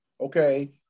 okay